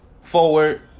forward